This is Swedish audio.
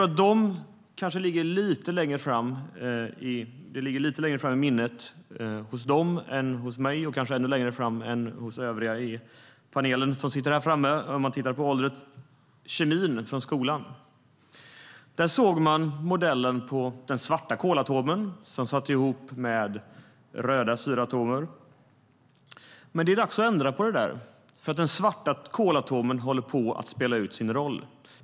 Något som kanske ligger lite längre fram i minnet på dem än på mig och övriga här i kammaren, att döma av åldern, är kemiundervisningen i skolan. Där såg man hur den svarta kolatomen satt ihop med röda syreatomer. Det är dock dags att ändra på det, för den svarta kolatomen håller på att spela ut sin roll.